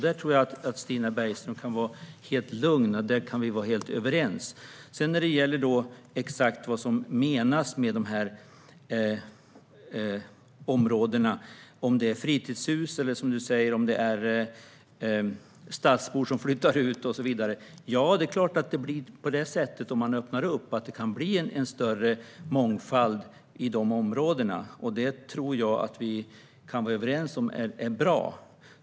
Där tror jag att Stina Bergström kan vara helt lugn, och där kan vi vara helt överens. När det gäller exakt vad som menas med de här områdena, om det handlar om fritidshus eller som Stina Bergström säger stadsbor som flyttar ut och så vidare: Ja, det är klart att det blir på det sättet om man öppnar upp. Det kan bli större mångfald i de områdena, och det tror jag att vi kan vara överens om är bra.